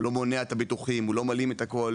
הוא לא מונע את הביטוחים הוא לא מלאים את הכל,